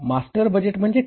master budget म्हणजे काय